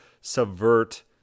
subvert